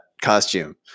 costume